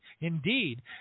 indeed